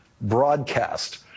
broadcast